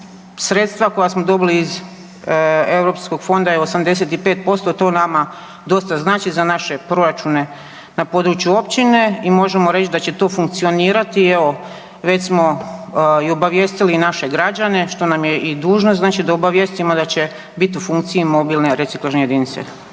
sredstva koja smo dobili iz Europskog fonda je 85% to nama dosta znači za naše proračune na području općine i možemo reći da će to funkcionirati. I evo već smo i obavijestili i naše građane što nam je i dužnost, znači da obavijestimo da će biti u funkciji mobilne reciklažne jedinice.